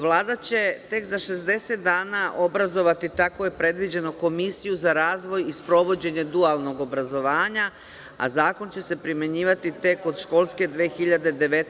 Vlada će tek za 60 dana obrazovati, tako je predviđeno, komisiju za razvoj i sprovođenje dualnog obrazovanja, a zakon će se primenjivati tek od školske 2019/